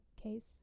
case